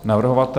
Navrhovatel?